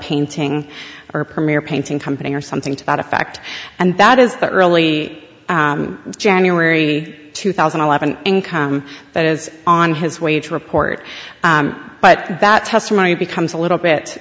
painting or premier painting company or something to that effect and that is the early january two thousand and eleven income that is on his way to report but that testimony becomes a little bit